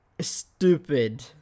stupid